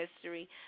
history